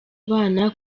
abana